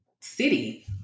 city